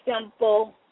simple